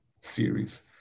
series